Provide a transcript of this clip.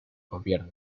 gobierno